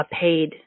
paid